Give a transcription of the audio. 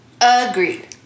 Agreed